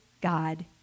God